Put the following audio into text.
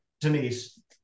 Denise